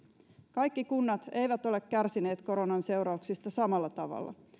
kaikki kunnat eivät ole kärsineet koronan seurauksista samalla tavalla